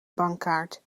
bankkaart